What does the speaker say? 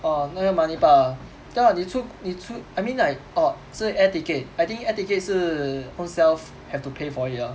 oh 那个 money part ah ya lah 你出你出 I mean like oh 是不是 air ticket I think air ticket 是 ownself have to pay for it ah